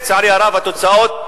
לצערי הרב התוצאות,